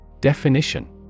Definition